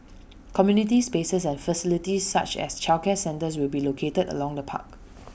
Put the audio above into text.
community spaces and facilities such as childcare centres will be located along the park